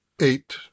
eight